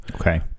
Okay